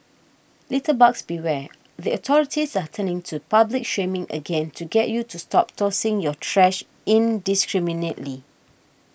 litterbugs beware the authorities are turning to public shaming again to get you to stop tossing your trash indiscriminately